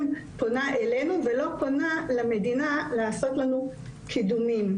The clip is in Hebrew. פונה אלינו ולא פונה למדינה לעשות לנו קידומים,